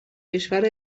کشور